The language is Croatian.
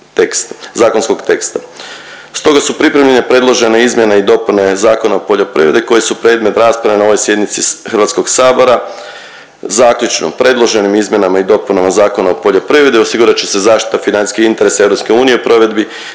su pripremljene predložene izmjene i dopune Zakona o poljoprivredi koje su predmet rasprave na ovoj sjednici Hrvatskog sabora. Zaključno. Predloženim izmjenama i dopunama Zakona o poljoprivredi osigurat će se zaštita financijskih interesa EU u provedbi